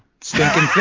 stinking